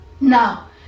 now